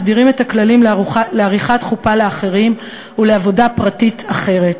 מסדירים את הכללים לעריכת חופה לאחרים ולעבודה פרטית אחרת.